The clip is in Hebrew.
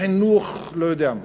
חינוך ולא יודע מה.